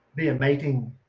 via mating.